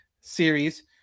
series